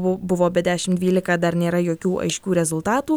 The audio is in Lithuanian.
buvo apie dešimt dvylika dar nėra jokių aiškių rezultatų